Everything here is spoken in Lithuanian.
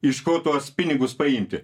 iš ko tuos pinigus paimti